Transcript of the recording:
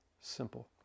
simple